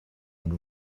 and